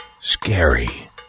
scary